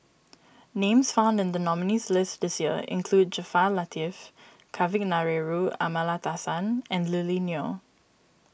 names found in the nominees' list this year include Jaafar Latiff Kavignareru Amallathasan and Lily Neo